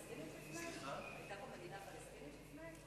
היתה פה מדינה פלסטינית לפני?